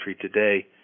today